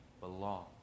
belong